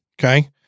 Okay